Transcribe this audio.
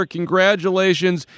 Congratulations